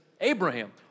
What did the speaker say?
Abraham